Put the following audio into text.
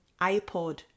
iPod